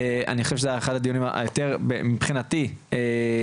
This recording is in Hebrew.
אני חושב שזה היה אחד הדיונים מבחינתי אופטימיים,